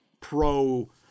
pro